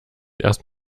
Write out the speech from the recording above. erst